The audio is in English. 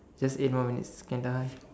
just eight more minutes can tahan